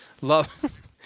Love